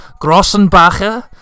Grossenbacher